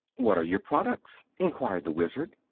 what are your products? enquired the wizard.